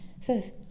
says